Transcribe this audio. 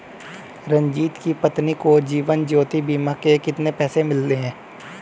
रंजित की पत्नी को जीवन ज्योति बीमा के कितने पैसे मिले?